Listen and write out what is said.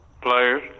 players